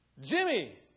Jimmy